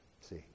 See